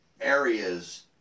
areas